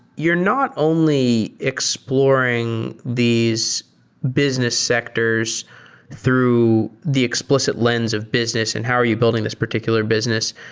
you're not only exploring these business sectors through the explicit lens of business and how are you building this particular business,